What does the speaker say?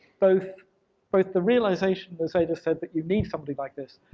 both both the realization as i just said that you need somebody like this,